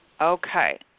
Okay